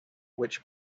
which